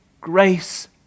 grace